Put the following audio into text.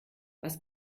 was